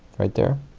right there.